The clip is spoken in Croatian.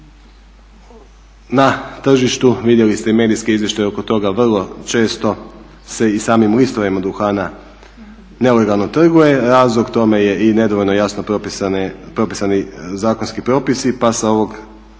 na tržištu, vidjeli ste i medijske izvještaje oko toga vrlo često se i samim listovima duhana nelegalno trguje, razlog tome je i nedovoljno jasno propisani zakonski propisi pa sa ovog,